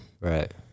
Right